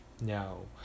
No